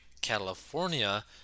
California